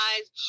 eyes